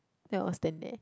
then I will stand there